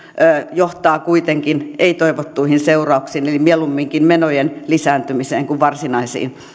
johtaa kuitenkin ei toivottuihin seurauksiin eli mieluumminkin menojen lisääntymiseen kuin varsinaisiin